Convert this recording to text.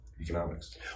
economics